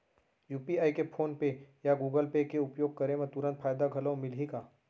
UPI के PhonePe या Google pay के उपयोग करे म तुरंत फायदा घलो मिलही का?